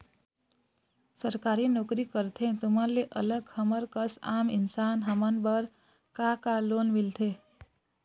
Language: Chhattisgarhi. सरकारी नोकरी करथे तुमन ले अलग हमर कस आम इंसान हमन बर का का लोन मिलथे?